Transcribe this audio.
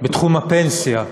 ובתחום הפנסיה,